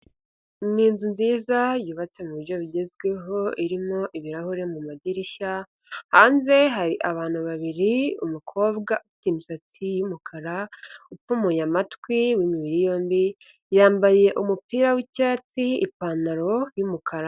Ni inzu nziza, yubatse muburyo bigezweho, irimo ibirahure mu madirishya, hanze hari abantu babiri, umukobwa afite imisatsi y'umukara, upfumuye amatwi, w'imibiri yombi, yambaye umupira w'icyatsi, ipantaro y'umukara.